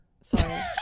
sorry